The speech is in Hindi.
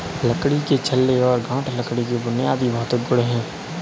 लकड़ी के छल्ले और गांठ लकड़ी के बुनियादी भौतिक गुण हैं